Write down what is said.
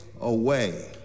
away